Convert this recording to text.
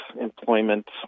employment